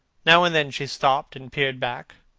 now and then she stopped and peered back.